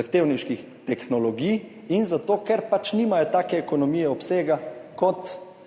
zahtevnejših tehnologij in zato, ker pač nimajo take ekonomije obsega kot